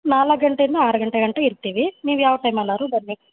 ನಾಲ್ಕು ಗಂಟೆಯಿಂದ ಆರು ಗಂಟೆ ಗಂಟ ಇರ್ತೀವಿ ನೀವು ಯಾವ ಟೈಮಲ್ಲಾದ್ರು ಬನ್ನಿ